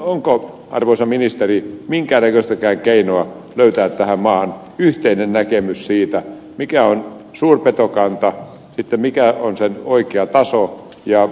onko arvoisa ministeri minkään näköistä keinoa löytää tähän maahan yhteinen näkemys siitä mikä on suurpetokanta sitten mikä on sen oikea taso ja